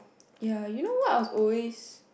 ya you know what I was always